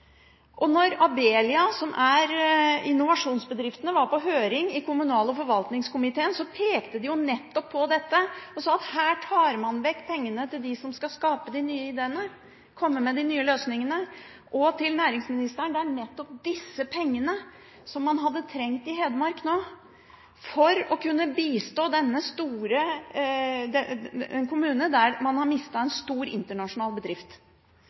Abelia, som er en av innovasjonsbedriftene, var på høring i kommunal- og forvaltningskomiteen, pekte de nettopp på dette og sa at her tar man vekk pengene til dem som skal skape de nye ideene, og komme med de nye løsningene. Og til næringsministeren: Det er nettopp disse pengene som man hadde trengt i Hedmark nå for å kunne bistå en kommune der man har mistet en stor internasjonal bedrift.